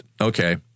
Okay